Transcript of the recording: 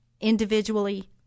individually